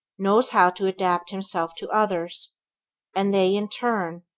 knows how to adapt himself to others and they, in turn,